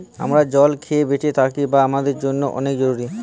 আমরা জল খেয়ে বেঁচে থাকি যা আমাদের জন্যে অনেক জরুরি